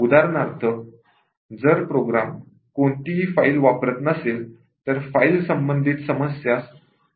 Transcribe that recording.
उदाहरणार्थ जर प्रोग्राम कोणतीही फायल वापरत नसेल तर फाइल संबंधित समस्यांस नकार दिला जाऊ शकतो